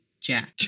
Jack